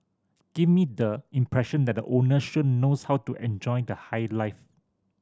give me the impression that the owner knows how to enjoy the high life